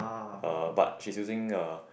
uh but she's using uh